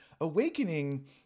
awakening